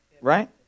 Right